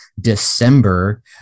December